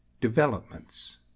developments